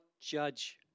judge